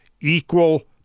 equal